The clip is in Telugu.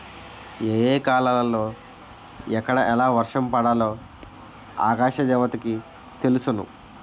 ఏ ఏ కాలాలలో ఎక్కడ ఎలా వర్షం పడాలో ఆకాశ దేవతకి తెలుసును